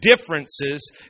differences